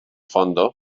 fondo